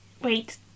Wait